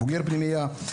בוגר פנימיה.